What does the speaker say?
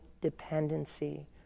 dependency